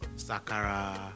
Sakara